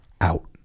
out